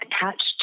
attached